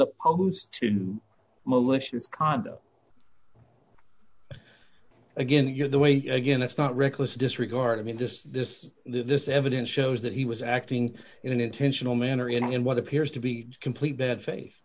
opposed to malicious conduct again you're the way again it's not reckless disregard i mean just this this evidence shows that he was acting in an intentional manner in what appears to be a complete bad fa